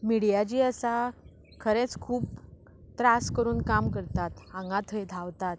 media जी आसा खरेंच खूब त्रास करून काम करतात हांगा थंय धांवतात